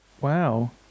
Wow